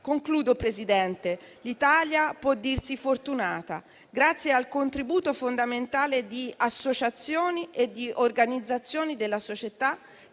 nostra attenzione. L'Italia può dirsi fortunata, grazie al contributo fondamentale di associazioni e di organizzazioni della società